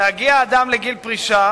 בהגיע אדם לגיל פרישה